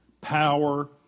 power